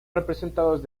representados